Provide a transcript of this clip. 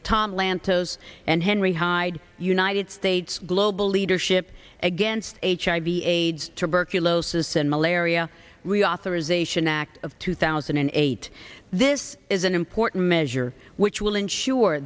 the tom lantos and henry hyde united states global leadership against hiv aids tuberculosis and malaria reauthorization act of two thousand and eight this is an important measure which will ensure